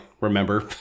remember